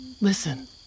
Listen